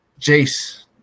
Jace